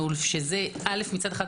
שזה מצד אחד,